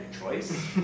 choice